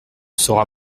sera